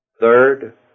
Third